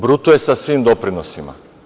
Bruto je sa svim doprinosima.